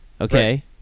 okay